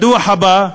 בדוח הבא,